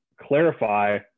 clarify